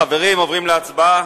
חברים, עוברים להצבעה.